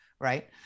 Right